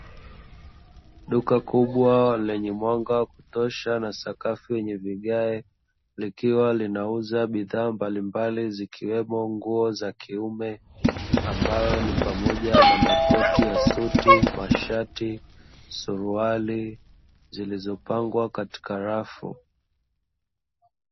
Duka kubwa lenye mwanga wa kutosha na sakafu yenye vigae, likiwa linauza bidhaa mbalimbali zikiwemo nguo za kiume, ambayo ni pamoja na makoti ya suti, mashati, suruali zilizopangwa katika rafu.